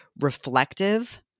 reflective